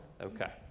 okay